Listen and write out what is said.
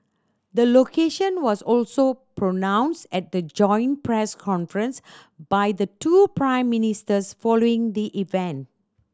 the location was also pronounced at the joint press conference by the two Prime Ministers following the event